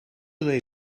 they